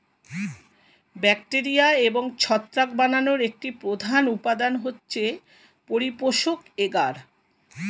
bacteria এবং ছত্রাক বানানোর একটি প্রধান উপাদান হচ্ছে পরিপোষক এগার